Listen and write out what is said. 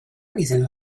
reason